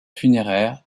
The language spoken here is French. funéraire